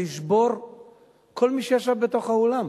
לשבור כל מי שישב באולם,